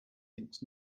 thinks